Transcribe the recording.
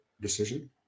decision